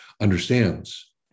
understands